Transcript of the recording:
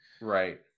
Right